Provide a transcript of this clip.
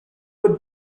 would